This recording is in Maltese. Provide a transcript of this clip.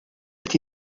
qed